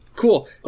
Cool